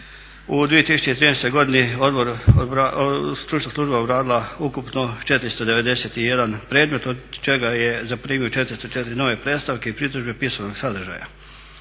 u 2013. godini stručna služba odradila ukupno 491 predmet od čega je zaprimio 404 nove predstavke i pritužbe pisanog sadržaja.